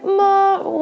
more